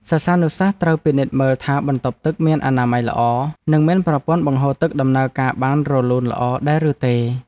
សិស្សានុសិស្សត្រូវពិនិត្យមើលថាបន្ទប់ទឹកមានអនាម័យល្អ និងមានប្រព័ន្ធបង្ហូរទឹកដំណើរការបានរលូនល្អដែរឬទេ។